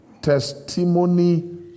testimony